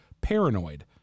paranoid